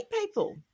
people